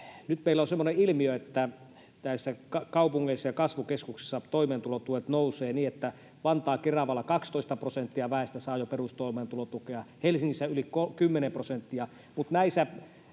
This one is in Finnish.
Nyt meillä on semmoinen ilmiö, että kaupungeissa ja kasvukeskuksissa toimeentulotuet nousevat niin, että Vantaalla ja Keravalla 12 prosenttia väestä saa jo perustoimeentulotukea ja Helsingissä yli kymmenen prosenttia,